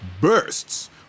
bursts